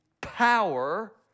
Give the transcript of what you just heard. power